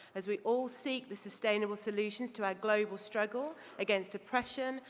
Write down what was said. as we all seek the sustainable solutions to our global struggle against oppression,